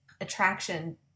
attraction